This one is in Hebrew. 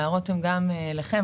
ההערות הן גם אליכם.